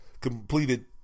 completed